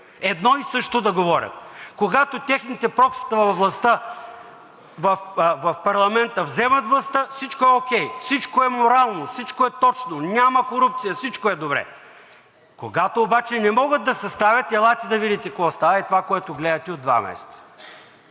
едно и също да говорят. Когато техните проксита в парламента вземат властта, всичко е окей, всичко е морално, всичко е точно, няма корупция, всичко е добре. Когато обаче не могат да съставят, елате да видите какво става – ей това, което гледате от два месеца.